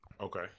Okay